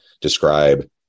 describe